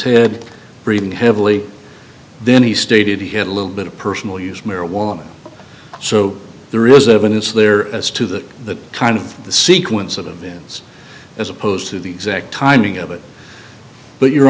head breathing heavily then he stated he had a little bit of personal use marijuana so there is evidence there as to that that kind of the sequence of events as opposed to the exact timing of it but you